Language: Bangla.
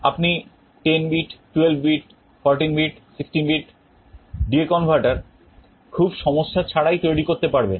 আপনি 10 bit 12 bit 14 bit 16 bit DA converter খুব সমস্যা ছাড়াই তৈরি করতে পারবেন